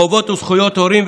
חובות וזכויות הורים,